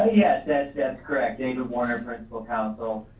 yes, that's correct. david warner, principle counsel.